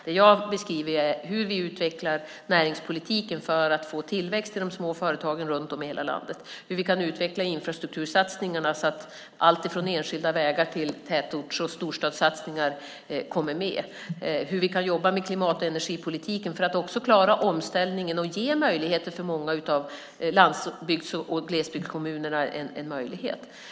Det jag beskriver är hur vi utvecklar näringspolitiken för att få tillväxt i de små företagen runt om i hela landet och hur vi kan utveckla infrastruktursatsningarna så att alltifrån enskilda vägar till tätorts och storstadssatsningar kommer med, hur vi kan jobba med klimat och energipolitiken för att också klara omställningen och ge många av landsbygds och glesbygdskommunerna en möjlighet.